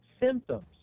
symptoms